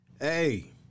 hey